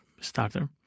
starter